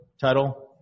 title